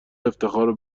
افتخار